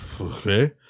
Okay